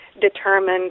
determined